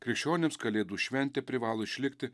krikščionims kalėdų šventė privalo išlikti